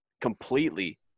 completely